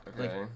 Okay